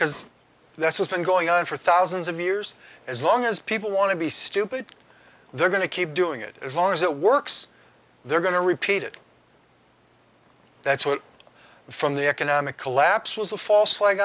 because that's isn't going on for thousands of years as long as people want to be stupid they're going to keep doing it as long as it works they're going to repeat it that's what from the economic collapse was a false